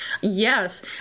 Yes